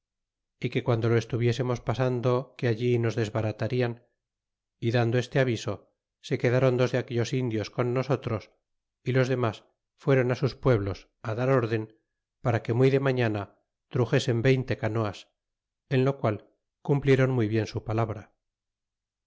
y que guando lo estuviésemos pasando que allí nos de sbaratarian y dando este aviso se quedron dos de aquellos indios con nosotros y los demas fueron sus pueblos dar órden para que muy de mañana trtrxesen veinte canoas en lo qual cumplieron muy bien su palabra